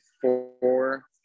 four